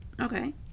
Okay